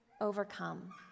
overcome